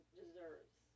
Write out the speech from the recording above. deserves